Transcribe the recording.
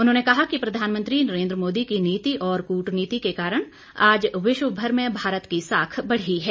उन्होंने कहा कि प्रधानमंत्री नरेंद्र मोदी की नीति और कूटनीति के कारण आज विश्व भर में भारत की साख बढ़ी है